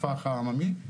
הפח"ע העממי.